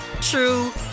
true